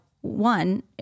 One